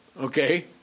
Okay